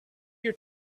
your